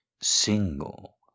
single